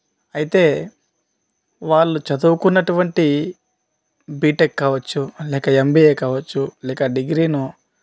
అయితే వాళ్ళు చదువుకున్నటువంటి బీటెక్ కావచ్చు లేక ఎంబిఏ కావచ్చు లేక డిగ్రీనో